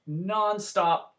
nonstop